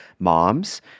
Moms